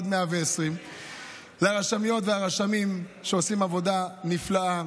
ועד 120. לרשמות והרשמים שעושים עבודה נפלאה,